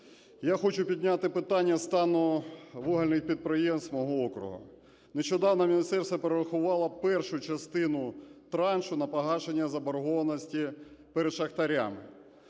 Я хочу підняти питання стану вугільних підприємств мого округу. Нещодавно Міністерство перерахувало першу частину траншу на погашення заборгованості перед шахтарями.